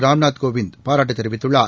ராம்நாத் கோவிந்த் பாராட்டு தெரிவித்துள்ளார்